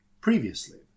Previously